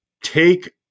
take